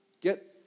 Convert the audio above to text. get